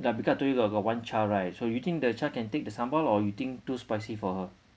because I told you I got one child right so you think the child can take the sambal or you think too spicy for her